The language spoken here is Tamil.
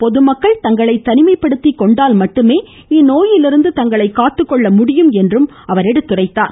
பொதுமக்கள் தங்களை தனிமைப்படுத்திக்கொண்டால் மட்டுமே இந்நோயிலிருந்து தங்களை காத்துக்கொள்ள முடியும் என்று தெரிவித்தார்